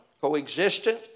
co-existent